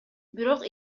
бирок